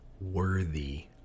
worthy